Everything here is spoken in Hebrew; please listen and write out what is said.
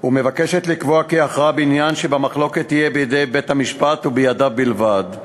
ולקבוע כי ההכרעה בעניין שבמחלוקת תהיה בידי בית-המשפט ובידיו בלבד.